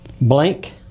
blank